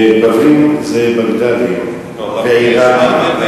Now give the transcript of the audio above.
בבלים זה בגדדים, זה עירקים.